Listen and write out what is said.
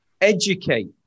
educate